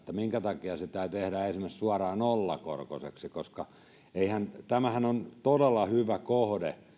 minkä takia sitä ei tehdä esimerkiksi suoraan nollakorkoiseksi tämähän on todella hyvä kohde